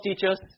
teachers